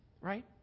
right